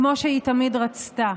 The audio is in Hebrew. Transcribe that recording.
כמו שהיא תמיד רצתה.